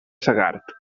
segart